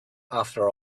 after